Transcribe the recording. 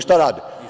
Šta rade?